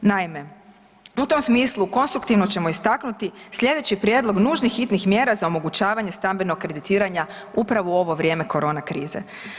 Naime, u tom smislu konstruktivno ćemo istaknuti slijedeći prijedlog nužnih i hitnih mjera za omogućavanje stambenog kreditiranja upravo u ovo vrijeme korona krize.